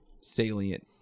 salient